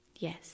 Yes